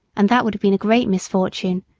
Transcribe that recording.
and that would have been a great misfortune,